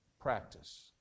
practice